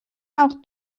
auch